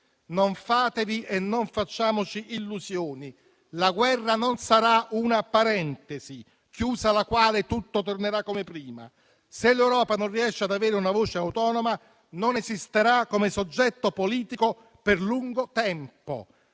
Non fatevi e non facciamoci illusioni: la guerra non sarà una parentesi, chiusa la quale tutto tornerà come prima. Se l'Europa non riuscirà ad avere una voce autonoma non esisterà come soggetto politico per lungo tempo.